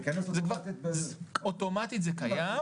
זה ייכנס אוטומטית --- אוטומטית זה קיים.